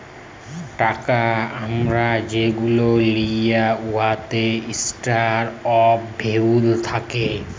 টাকা আমরা যেগুলা লিই উয়াতে ইস্টর অফ ভ্যালু থ্যাকে